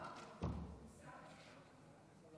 לא,